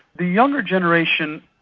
the younger generation,